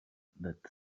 that